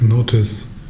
Notice